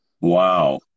Wow